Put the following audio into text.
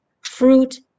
fruit